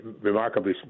Remarkably